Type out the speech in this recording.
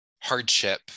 hardship